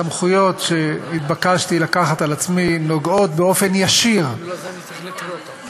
הסמכויות שהתבקשתי לקחת על עצמי נוגעות באופן ישיר בציבור,